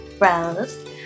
Rose